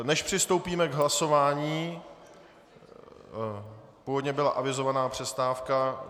Než přistoupíme k hlasování původně byla avizována přestávka.